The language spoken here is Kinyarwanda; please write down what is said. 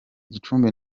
gicumbi